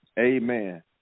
amen